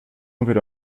nouvel